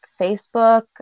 Facebook